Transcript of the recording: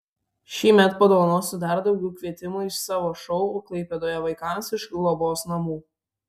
šįmet padovanosiu dar daugiau kvietimų į savo šou klaipėdoje vaikams iš globos namų